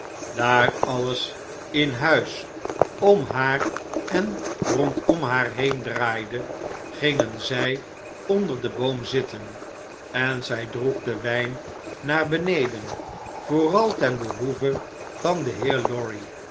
daar alles in huis om haar en rondom haar heen draaide gingen zjj onder den boom zitten en zij droeg den wjjn naar beneden vooral ten b'ehoeve van den heer lorry